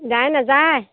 দাই নেযায়